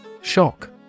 Shock